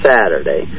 Saturday